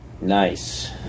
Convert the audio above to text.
Nice